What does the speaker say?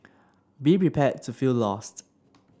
be prepared to feel lost